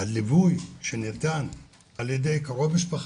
גם הפריפריה הם בסוציו אקונומי 2 מקסימום 3 ואז הם נופלים ממש.